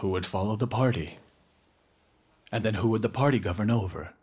who would follow the party and then who would the party govern over